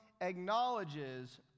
acknowledges